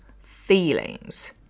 feelings